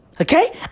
okay